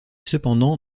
cependant